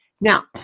now